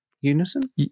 Unison